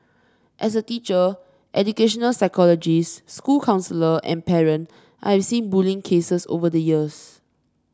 as a teacher educational psychology's school counsellor and parent I have seen bullying cases over the years